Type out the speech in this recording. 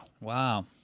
wow